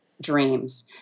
dreams